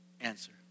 answer